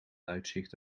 uitzicht